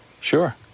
Sure